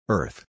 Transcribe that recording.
Earth